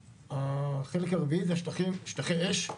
החלק הרביעי אלו שטחי אש,